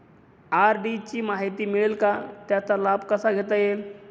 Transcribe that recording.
RD ची माहिती मिळेल का, त्याचा लाभ कसा घेता येईल?